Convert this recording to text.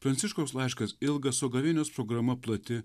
pranciškaus laiškas ilgas o gavėnios programa plati